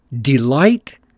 Delight